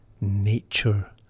nature